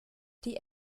die